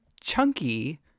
Chunky